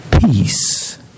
peace